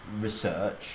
research